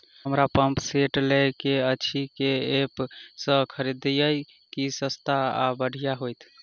हमरा pump set लय केँ अछि केँ ऐप सँ खरिदियै की सस्ता आ बढ़िया हेतइ?